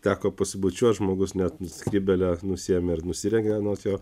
teko pasibučiuoti žmogus net skrybėlę nusiėmė ir nusirengė anot jo